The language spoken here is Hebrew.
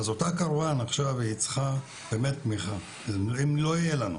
אותה כרואן צריכה תמיכה, אם לא יהיו לנו